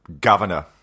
governor